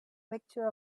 picture